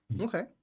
Okay